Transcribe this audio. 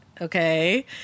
Okay